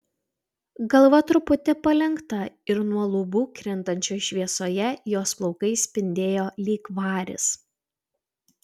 galva truputį palenkta ir nuo lubų krintančioj šviesoje jos plaukai spindėjo lyg varis